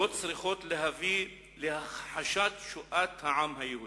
הן לא צריכות להביא להכחשת שואת העם היהודי,